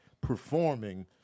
performing